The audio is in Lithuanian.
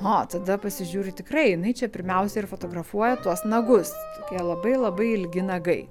o tada pasižiūri tikrai jinai čia pirmiausia ir fotografuoja tuos nagus jie labai labai ilgi nagai